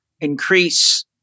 increase